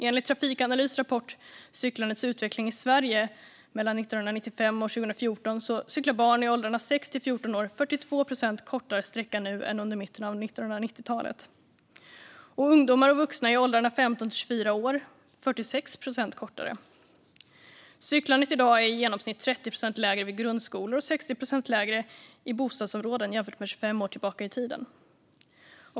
Enligt Trafikanalys rapport Cyklandets utveckling i Sverige 1995 - 2014 cyklade barn i åldrarna 6-14 år 42 procent kortare sträcka nu än under mitten av 1990-talet, och ungdomar och vuxna i åldrarna 15-24 år cyklade 46 procent kortare sträcka. Cyklandet i dag är i genomsnitt 30 procent lägre vid grundskolor och 60 procent lägre i bostadsområden jämfört med 25 år tillbaka i tiden.